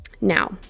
now